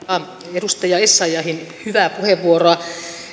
edustaja essayahin hyvää puheenvuoroa